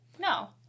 No